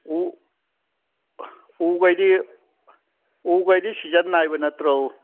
ꯎ ꯒꯥꯏꯗꯤ ꯎ ꯒꯥꯏꯗꯤ ꯁꯤꯖꯟ ꯅꯥꯏꯕ ꯅꯠꯇ꯭ꯔꯣ